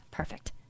Perfect